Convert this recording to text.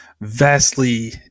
vastly